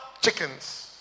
chickens